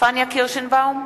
פניה קירשנבאום,